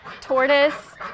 Tortoise